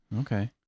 Okay